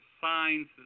signs